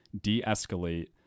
de-escalate